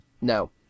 No